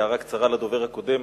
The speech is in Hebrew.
הערה קצרה לדובר הקודם: